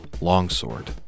longsword